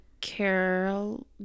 carol